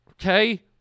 Okay